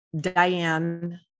Diane